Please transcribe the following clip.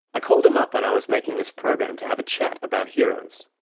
i called him up when i was making this program to have a chat about heroes.